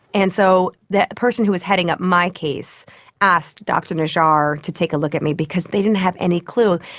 and so the person who was heading up my case asked dr najjar to take a look at me because they didn't have any clue.